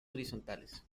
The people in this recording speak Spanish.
horizontales